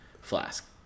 Flask